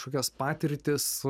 kažkokias patirtis